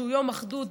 שהוא יום אחדות,